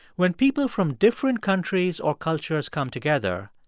when people from different countries or cultures come together,